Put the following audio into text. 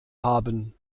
haben